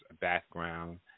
background